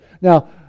Now